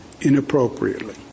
inappropriately